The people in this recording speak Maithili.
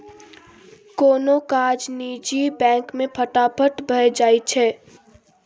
कोनो काज निजी बैंक मे फटाफट भए जाइ छै